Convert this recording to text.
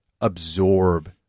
absorb